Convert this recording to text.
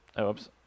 Oops